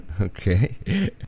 Okay